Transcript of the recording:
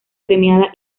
premiada